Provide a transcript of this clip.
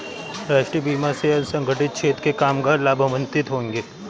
राष्ट्रीय बीमा से असंगठित क्षेत्र के कामगार लाभान्वित होंगे